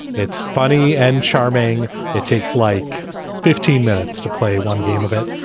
it's funny and charming. it takes like fifteen minutes to play one game of it.